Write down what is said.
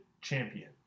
champion